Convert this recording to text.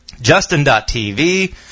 justin.tv